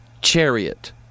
chariot